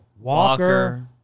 Walker